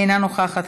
אינה נוכחת,